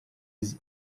his